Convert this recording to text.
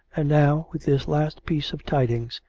and now, with this last piece of tidings,